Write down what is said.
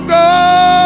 go